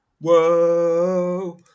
Whoa